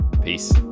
peace